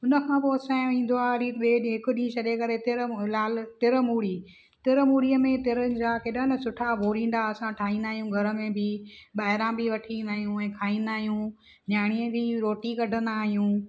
हुनखां पोइ असांजो ईंदो आहे हिकु ॾींहुं छॾे करे तिर मु लाल तिर मूरी तिर मूरीअ में तिरनि जा केॾा न सुठा भोरींडा असां ठाहींदा आहियूं घर में बि ॿाहिरा बि वठी ईंदा आयूं ऐं खाईंदा आहियूं न्याणी जी रोटी कढंदा आहियूं